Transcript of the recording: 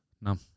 No